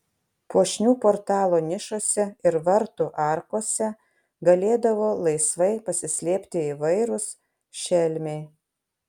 puošnių portalų nišose ir vartų arkose galėdavo laisvai pasislėpti įvairūs šelmiai